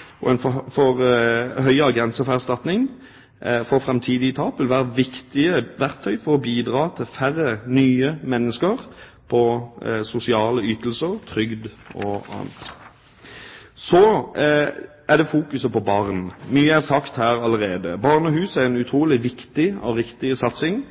sitt arbeid først. En forhøyet erstatning for fremtidige tap, vil være et viktig verktøy for å bidra til færre nye mennesker på sosiale ytelser, trygd og annet. Så er det fokuset på barn. Mye er sagt her allerede. Barnehus er en utrolig viktig og riktig satsing.